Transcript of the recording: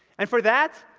and for that,